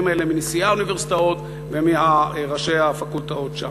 האלה מנשיאי האוניברסיטאות ומראשי הפקולטות שם.